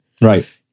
Right